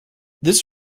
this